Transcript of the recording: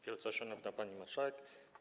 Wielce Szanowna Pani Marszałek!